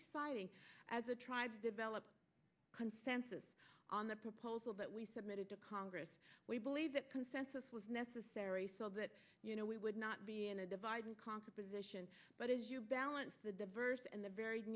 exciting as a tribe develop a consensus on the proposal that we submitted to congress we believe that consensus was necessary so that you know we would not be in a divide and conquer position but as you balance the diverse and the v